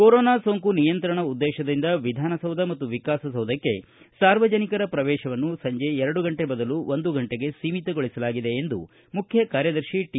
corona ಸೋಂಕು ನಿಯಂತ್ರಣ ಉದ್ದೇಶದಿಂದ ವಿಧಾನಸೌಧ ಮತ್ತು ವಿಕಾಸ ಸೌಧಕ್ಕೆ ಸಾರ್ವಜನಿಕರ ಪ್ರವೇಶಕ್ಕೆ ಸಂಜೆ ಎರಡು ಗಂಟೆ ಬದಲು ಒಂದು ಗಂಟೆಗೆ ಸೀಮಿತಗೊಳಿಸಲಾಗಿದೆ ಎಂದು ಮುಖ್ಯ ಕಾರ್ಯದರ್ಶಿ ಟಿ